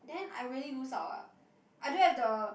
then i really lose out uh I don't have the